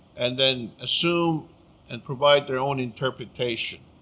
and then assume and provide their own interpretation.